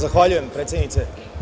Zahvaljujem, predsednice.